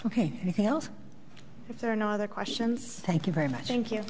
ok anything else if there are no other questions thank you very much thank you